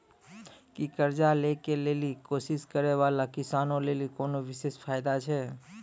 कि कर्जा लै के लेली कोशिश करै बाला किसानो लेली कोनो विशेष फायदा छै?